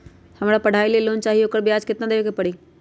हमरा पढ़ाई के लेल लोन चाहि, ओकर ब्याज केतना दबे के परी?